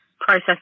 process